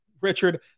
Richard